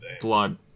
blood